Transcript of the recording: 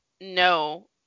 no